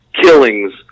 killings